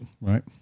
right